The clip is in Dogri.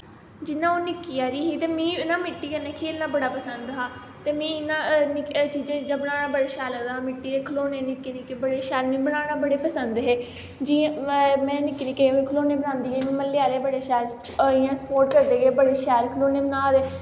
जि'यां अ'ऊं निक्की हारी ही ते मी न मित्ती कन्नै खेढना बड़ा पसंद हा ते मी इ'यां चीजां चूजां बनाना बड़ा शैल लगदा हा मित्ती दे शलौने निक्के निक्के बड़े शैल मी बनाना बड़े पसंद हे जि'यां में निक्के निक्के खलौने बनांदी गेई मां मह्ल्ले आह्ले बड़े शैल इ'यां स्पोर्ट करदे गे बड़े शैल खलौने बना दे